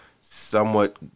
somewhat